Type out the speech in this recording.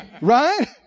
Right